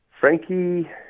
Frankie